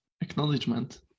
acknowledgement